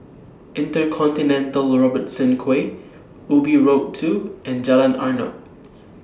InterContinental Robertson Quay Ubi Road two and Jalan Arnap